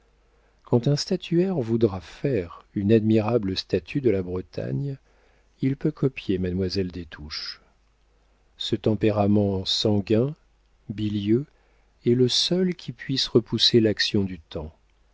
quand un statuaire voudra faire une admirable statue de la bretagne il peut copier mademoiselle des touches ce tempérament sanguin bilieux est le seul qui puisse repousser l'action du temps